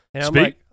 Speak